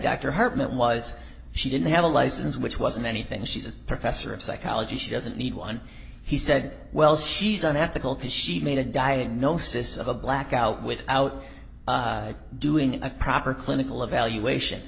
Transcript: dr hartmann was she didn't have a license which wasn't anything she's a professor of psychology she doesn't need one he said well she's an ethical to she made a diagnosis of a blackout without doing a proper clinical evaluation